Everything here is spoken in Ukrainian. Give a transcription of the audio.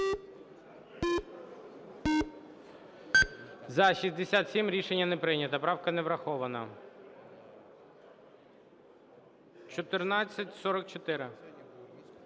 За-62 Рішення не прийнято, правка не врахована. 1448.